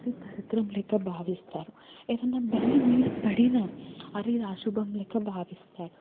అది దరిద్రం లాగా భావిస్తారు ఏదన్న బల్లి మీద పడిన అరే ఇది అశుభం లాగా భావిస్తారు